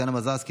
טטיאנה מזרסקי,